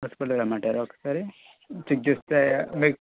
హాస్పిటల్కు రమ్మంటారా ఒకసారి చెక్ చేస్తే లైక్